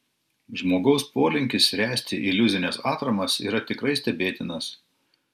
žmogaus polinkis ręsti iliuzines atramas yra tikrai stebėtinas